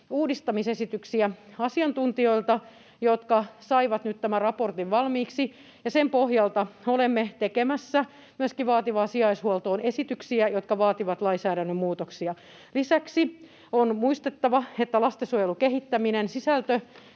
uudistamisesityksiä asiantuntijoilta, jotka saivat nyt tämän raportin valmiiksi, ja sen pohjalta olemme tekemässä myöskin vaativaan sijaishuoltoon esityksiä, jotka vaativat lainsäädännön muutoksia. Lisäksi on muistettava, että lastensuojelun kehittäminen sisältötyönä